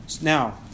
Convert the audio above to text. Now